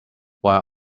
while